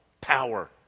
power